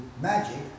magic